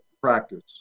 practice